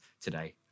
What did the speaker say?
today